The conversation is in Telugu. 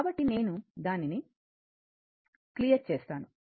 కాబట్టి నేను దానిని స్పష్టం చేస్తాను